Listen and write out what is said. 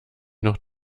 noch